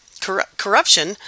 corruption